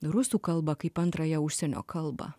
rusų kalbą kaip antrąją užsienio kalbą